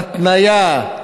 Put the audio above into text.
התניה,